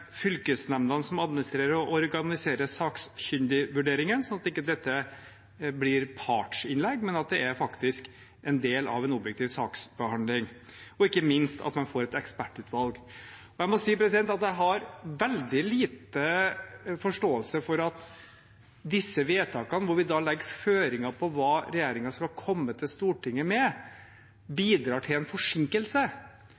fylkesnemndene som administrerer og organiserer sakkyndigvurderinger, sånn at dette ikke blir partsinnlegg, men faktisk er en del av en objektiv saksbehandling, og ikke minst at man får et ekspertutvalg. Jeg må si jeg har veldig liten forståelse for at disse vedtakene, hvor vi legger føringer for hva regjeringen skal komme til Stortinget med,